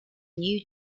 new